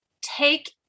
take